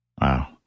Wow